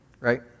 right